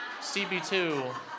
CB2